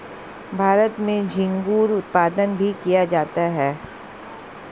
भारत में झींगुर उत्पादन भी किया जाता है